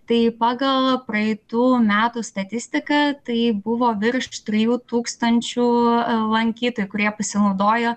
tai pagal praeitų metų statistiką tai buvo virš trijų tūkstančių lankytojų kurie pasinaudojo